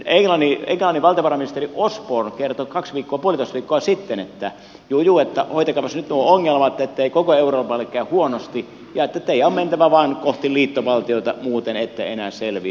englannin valtiovarainministeri osborne kertoi puolitoista viikkoa sitten että hoitakaapas nyt nuo ongelmat ettei koko euroopalle käy huonosti ja että teidän on mentävä vain kohti liittovaltiota muuten ette enää selviä